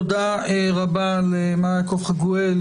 תודה רבה למר יעקב חגואל,